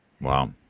Wow